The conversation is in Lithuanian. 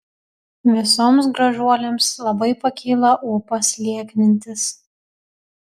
visoms gražuolėms labai pakyla ūpas lieknintis